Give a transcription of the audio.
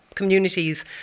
communities